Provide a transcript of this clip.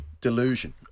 delusion